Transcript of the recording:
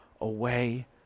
away